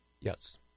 Yes